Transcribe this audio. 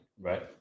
Right